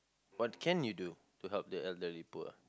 what can you do to help the elderly poor